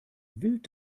wild